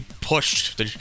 pushed